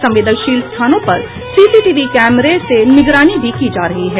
संवेदनशील स्थानों पर सीसीटीवी कैमरे से निगरानी भी की जा रही है